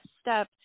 step